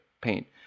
paint